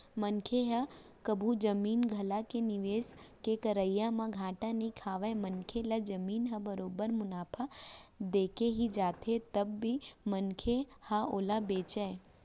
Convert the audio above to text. मनसे ह कभू जमीन जघा के निवेस के करई म घाटा नइ खावय मनखे ल जमीन ह बरोबर मुनाफा देके ही जाथे जब भी मनखे ह ओला बेंचय